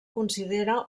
considera